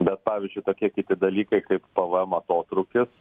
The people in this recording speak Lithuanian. bet pavyzdžiui tokie kiti dalykai kaip pvm atotrūkis